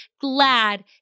glad